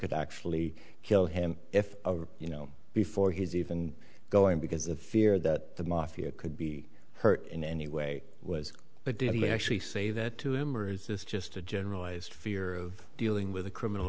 could actually kill him if you know before he's even going because the fear that the mafia could be hurt in any way was but did he actually say that to him or is this just a generalized fear of dealing with a criminal